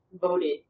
voted